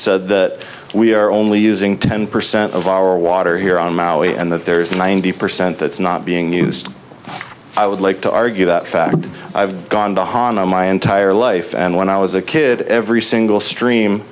said that we are only using ten percent of our water here on maui and that there's a ninety percent that's not being used i would like to argue that fact i've gone to han on my entire life and when i was a kid every single stream